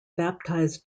baptized